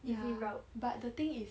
ya but the thing is